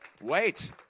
Wait